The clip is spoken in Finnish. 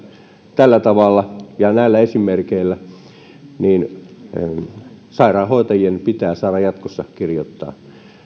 tällä tavalla ja näillä esimerkeillä sairaanhoitajien pitää saada jatkossa kirjoittaa